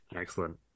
Excellent